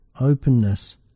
openness